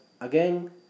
again